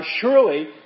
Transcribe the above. surely